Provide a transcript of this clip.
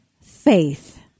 faith